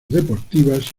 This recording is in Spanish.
deportivas